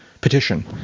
petition